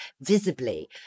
visibly